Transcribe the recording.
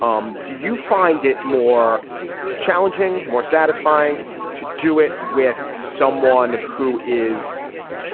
um do you find it more challenging, more satisfying to do it with someone who is